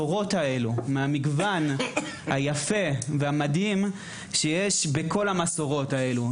האלה; מהמגוון היפה והמדהים שיש בכל המסורות האלה.